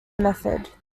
method